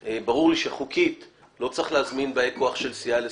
ברור לי שחוקית לא צריך להזמין באי כוח של סיעה לספירה.